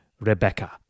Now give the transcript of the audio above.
Rebecca